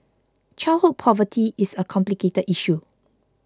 childhood poverty is a complicated issue